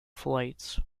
flights